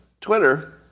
Twitter